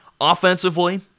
Offensively